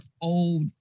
old